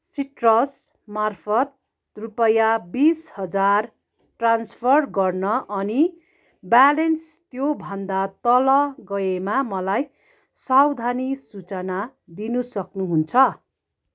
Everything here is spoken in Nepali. सिट्रस मार्फत् रुपियाँ बिस हजार ट्रान्सफर गर्न अनि ब्यालेन्स त्योभन्दा तल गएमा मलाई सावधानी सूचना दिन सक्नुहुन्छ